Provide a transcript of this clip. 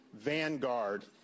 vanguard